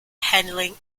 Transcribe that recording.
handling